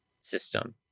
system